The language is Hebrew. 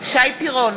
שי פירון,